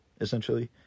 essentially